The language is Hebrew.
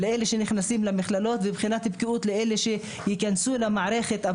לאלה שנכנסים למכללות ובחינת בקיאות לאלה שייכנסו למערכת,